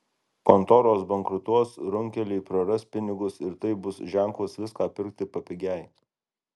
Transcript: kontoros bankrutos runkeliai praras pinigus ir tai bus ženklas viską pirkti papigiai